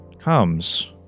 comes